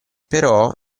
però